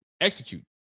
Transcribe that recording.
Execute